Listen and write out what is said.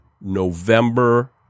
November